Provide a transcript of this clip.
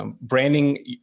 branding